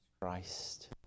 Christ